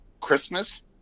Christmas